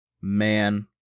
man